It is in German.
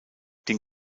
den